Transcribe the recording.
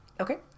Okay